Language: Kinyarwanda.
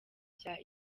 cya